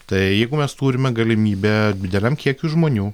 tai jeigu mes turime galimybę dideliam kiekiui žmonių